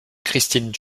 christine